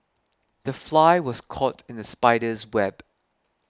the fly was caught in the spider's web